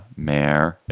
mer,